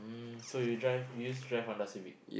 mm so you drive you used to drive Honda-Civic